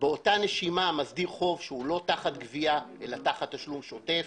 באותה נשימה מסדיר חוב שהוא לא תחת גבייה אלא תחת תשלום שוטף,